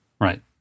Right